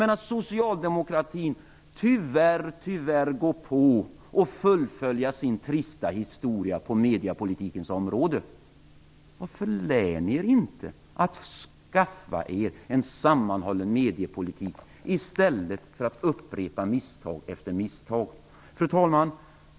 Ni socialdemokrater däremot går på, tyvärr, och fullföljer er trista historia på mediepolitikens område. Varför lär ni er inte och skaffar fram en sammanhållen mediepolitik i stället för att upprepa misstag efter misstag? Fru talman!